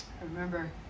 remember